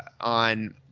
on